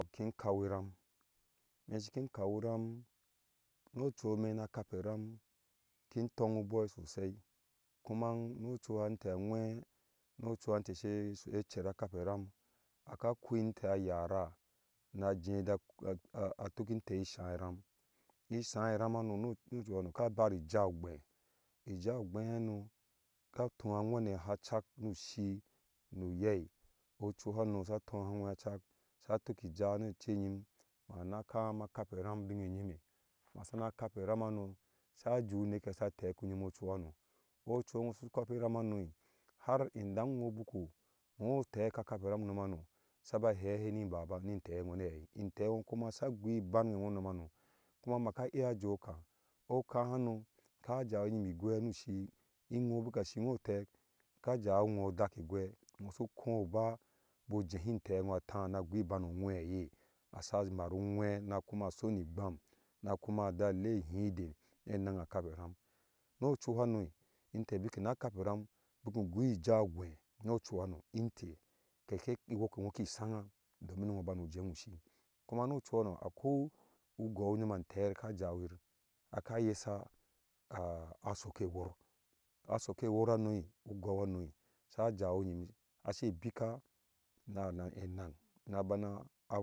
Khin kau ram mɛ shiki kau ram mo ɔchuimɛ hina kape ram khim tongu boɨ sɔsai kuman no ɔchuha intɛ aŋweeno ɔchuha intɛ shɛ shɛ cɛra kape ram akah kuhutɛɛ ayaraa na je̱ jaa tukin tɛ isaa ram isaa ram hano no ɔchuha ka bari ijah ogbeh ijah ogbeh hano ka tu a weniha cak nu shi nu uyɛi ɔchuhano sa tu a wenisa cak sa tuki ijah ne ce nyim mana kama kpe ram binne nyime masina kape ram hanp sa ju nele ye sa teku nyom ɔchuha no ɔchu cho su kapi ram hanoharidan iho buku iho teka kaperam unom hano sab hehe ni bab nitɛɛ hina hai in tɛɛ ho kuma maka iya jɛi okaa okaa ha noi ka jawi nyimɛ igwe nu shi iŋho bika shi ŋho utek kaja wi ŋho utek kaja wi ŋho odake gwe ŋho sh kobabu jehi tɛɛ ŋho taa na gui iban ɔnwee ye asa maru ŋweeh na kuma so ni gbam na kuma jaa lɛi hidɛ ne nang a kape ram nu ɔchuheno intɛɛ bike na kape ram buku gɔɔh ijah ogben nu shanga domin ni ŋho banu jewɔɔ shi kuma no ɔchuhano akoi ngɔu nyom an tɛɛ yir ka jawi yir aka yesa a sokɛ wɔɔr asooke wɔɔr hano ugɔu hano sa jawi nyim ahse nika na enan na bana.